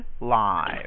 live